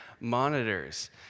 monitors